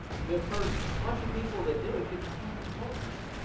the first twenty people that do it get twenty points.